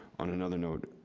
on another note,